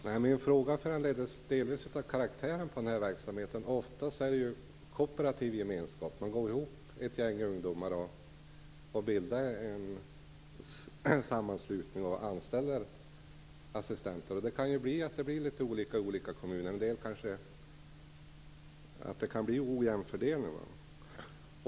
Herr talman! Min fråga föranleddes delvis av karaktären på verksamheten. Ofta handlar det om en kooperativ gemenskap. Ett gäng ungdomar bildar en sammanslutning och anställer assistenter. Det kan bli litet olika i olika kommuner och en ojämn fördelning.